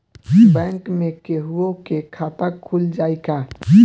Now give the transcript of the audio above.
Bank में केहूओ के खाता खुल जाई का?